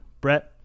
Brett